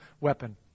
weapon